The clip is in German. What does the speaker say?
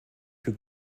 für